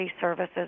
services